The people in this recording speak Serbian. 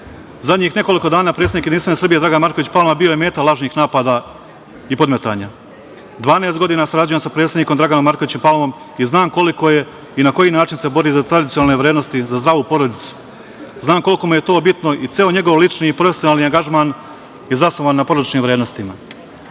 Zadnjih nekoliko dana predsednik Jedinstvene Srbije Dragan Marković Palma bio je meta lažnih napada i podmetanja. Sa predsednikom Draganom Makovićem Palmom sarađujem 12 godina i znam koliko i na koji način se bori za tradicionalne vrednosti, za zdravu porodicu, znam koliko mu je to bitno i ceo njegov lični profesionalni angažman je zasnovan na porodičnim vrednostima. Gospodin